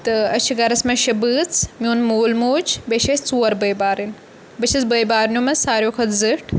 تہٕ أسۍ چھِ گرَس منٛز شےٚ بٲژ میون مول موج بیٚیہِ چھِ أسۍ ژور بٲے بارٕنۍ بہٕ چھس بٲے بارنیو منٛز ساروی کھۄتہٕ زِیٹھ